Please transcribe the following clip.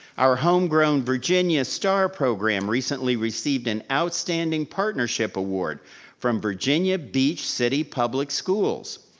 our homegrown virginia star program recently received an outstanding partnership award from virginia beach city public schools.